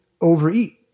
overeat